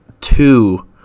two